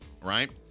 Right